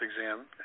exam